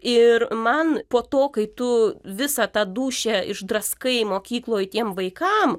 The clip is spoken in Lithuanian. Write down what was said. ir man po to kai tu visą tą dūšią išdraskai mokykloj tiem vaikam